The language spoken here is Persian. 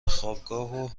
وخوابگاه